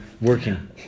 working